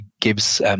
gives